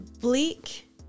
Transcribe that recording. bleak